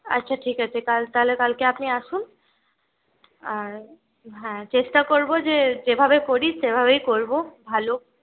আচ্ছা ঠিক আছে কাল তাহলে কালকে আপনি আসুন আর হ্যাঁ চেষ্টা করব যে যেভাবে করি সেভাবেই করব ভালো